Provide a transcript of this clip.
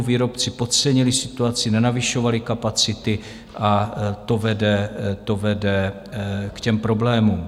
Výrobci podcenili situaci, nenavyšovali kapacity, a to vede to vede k těm problémům.